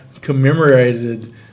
commemorated